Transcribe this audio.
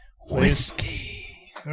Whiskey